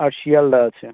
আর শিয়ালদা আছে